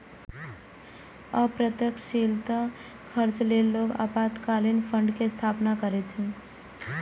अप्रत्याशित खर्च लेल लोग आपातकालीन फंड के स्थापना करै छै